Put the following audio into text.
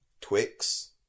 Twix